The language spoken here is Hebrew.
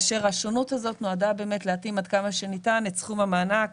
השונות הזאת נועדה להתאים עד כמה שניתן את סכום המענק